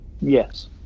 Yes